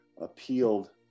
appealed